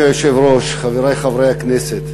אדוני היושב-ראש, חברי חברי הכנסת,